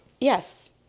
Yes